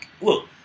look